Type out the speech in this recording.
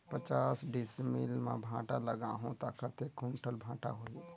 पचास डिसमिल मां भांटा लगाहूं ता कतेक कुंटल भांटा होही?